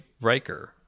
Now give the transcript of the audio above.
Riker